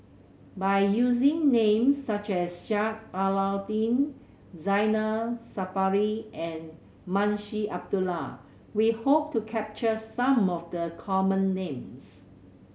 by using names such as Sheik Alau'ddin Zainal Sapari and Munshi Abdullah we hope to capture some of the common names